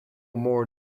more